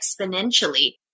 exponentially